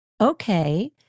Okay